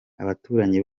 abaturanyi